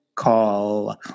Call